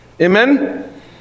Amen